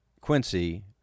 Quincy